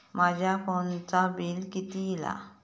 माझ्या फोनचा बिल किती इला?